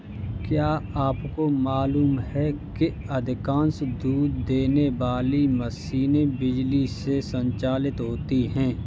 क्या आपको मालूम है कि अधिकांश दूध देने वाली मशीनें बिजली से संचालित होती हैं?